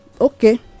Okay